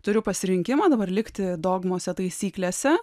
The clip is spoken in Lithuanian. turiu pasirinkimą dabar likti dogmose taisyklėse